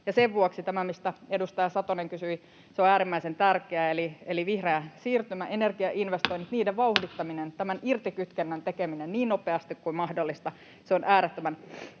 sen vuoksi tämä, mistä edustaja Satonen kysyi, on äärimmäisen tärkeä, eli vihreä siirtymä, energiainvestoinnit, niiden vauhdittaminen, tämän irtikytkennän tekeminen niin nopeasti kuin mahdollista. Se on äärettömän